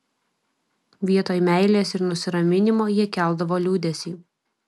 vietoj meilės ir nusiraminimo jie keldavo liūdesį